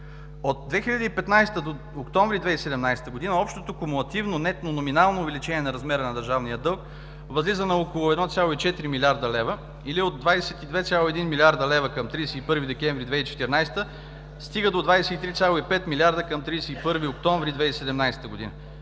От 2015 г. до октомври 2017 г. общото кумулативно нетно номинално увеличение на размера на държавния дълг възлиза на около 1,4 млрд. лв., или от 22,1 млрд. лв. към 31 декември 2014 г., и стига до 23,5 милиарда към 31 октомври 2017 г.